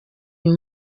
uyu